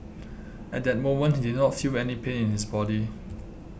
at that moment he did not feel any pain in his body